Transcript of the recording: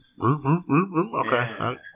Okay